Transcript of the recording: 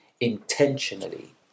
intentionally